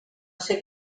ser